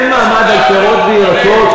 אין מע"מ על פירות וירקות,